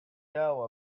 know